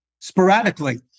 sporadically